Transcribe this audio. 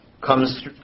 comes